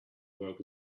work